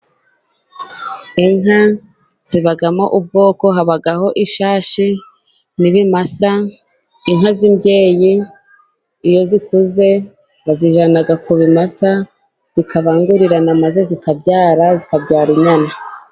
Inka zibamo ubwoko, habaho ishashi, n'ibimasa, inka z'imbyeyi iyo zikuze bazijyana ku bimasa bikabangurirana, maze zikabyara, zikabyara inyana.